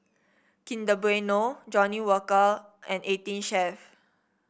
Kinder Bueno Johnnie Walker and Eighteen Chef